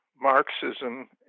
Marxism